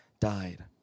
died